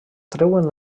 treuen